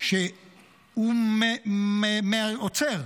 שהוא עוצר,